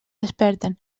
desperten